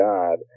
God